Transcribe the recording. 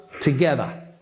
together